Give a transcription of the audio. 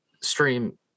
stream